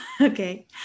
Okay